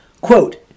Quote